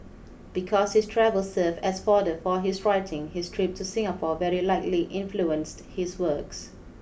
because his travels serve as fodder for his writing his trip to Singapore very likely influenced his works